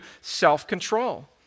self-control